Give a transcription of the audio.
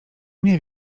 nie